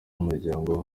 n’umuryango